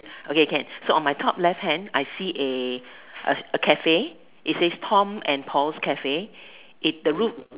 okay can so on my top left hand I see a Cafe it says Tom and Paul's Cafe the roof